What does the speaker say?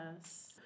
Yes